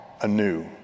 anew